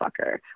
fucker